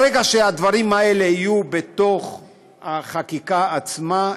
ברגע שהדברים האלה יהיו בחקיקה עצמה,